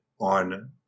on